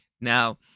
Now